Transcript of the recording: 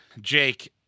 Jake